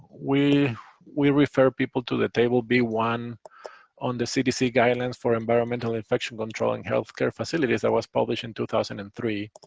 we we refer people to the table b one on the cdc guidance for environmental infection control in healthcare facilities that was published in two thousand and three.